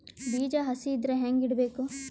ಬೀಜ ಹಸಿ ಇದ್ರ ಹ್ಯಾಂಗ್ ಇಡಬೇಕು?